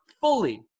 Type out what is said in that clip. fully